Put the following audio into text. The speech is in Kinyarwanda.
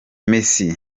messi